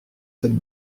cette